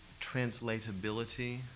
translatability